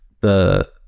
the-